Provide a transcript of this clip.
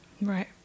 Right